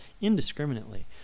indiscriminately